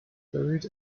buried